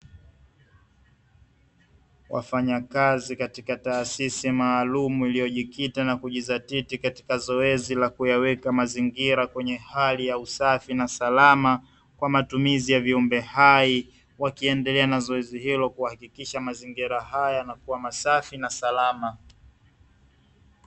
Wafanyakazi katika taasisi maalumu iliyojikita na kujizatiti katika zoezi la kuyaweka mazingira kwenye hali ya usafi na salama kwa matumizi ya viumbe hai, wakiendelea na zoezi hilo kuhakikisha mazingira haya yanakuwa masafi na salama.